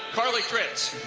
carly tritz,